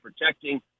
protecting